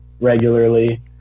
regularly